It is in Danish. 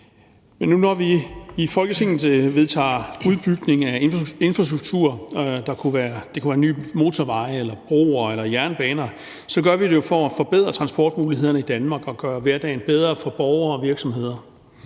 når vi nu i Folketinget vedtager udbygning af infrastruktur – det kunne være en ny motorvej eller broer eller jernbaner – så gør vi det jo for at forbedre transportmulighederne i Danmark og gøre hverdagen bedre for borgere og virksomheder,